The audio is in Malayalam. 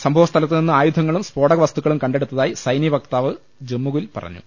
സംഭവസ്ഥലത്തു നിന്നും ആയുധങ്ങളും സ്ഫോടക വസ്തു ക്കളും കണ്ടെടുത്തായി സൈനിക വക്താവ് ജമ്മുവിൽ അറി യിച്ചു